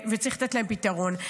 וצריך לתת להם פתרון.